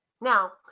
now